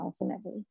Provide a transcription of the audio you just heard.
ultimately